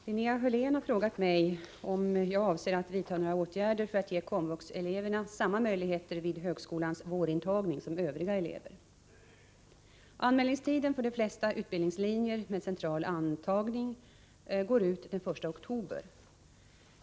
Linnea Hörlén har frågat mig om jag avser att vidtaga några åtgärder för att ge komvuxeleverna samma möjligheter vid högskolans vårintagning som övriga elever. Anmälningstiden för de flesta utbildningslinjer med central antagning går ut den 1 oktober.